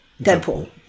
Deadpool